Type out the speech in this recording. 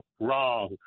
wrong